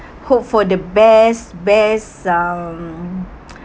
hope for the best best um